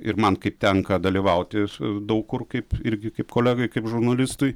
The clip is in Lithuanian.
ir man kaip tenka dalyvauti daug kur kaip irgi kaip kolegai kaip žurnalistui